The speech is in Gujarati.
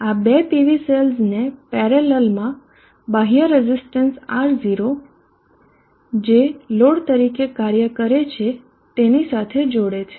આ બે PV સેલ્સને પેરેલલમાં બાહ્ય રઝીસ્ટન્સ R0 જે લોડ તરીકે કાર્ય કરે છે તેની સાથે જોડે છે